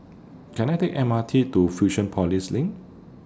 Can I Take M R T to Fusionopolis LINK